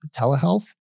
telehealth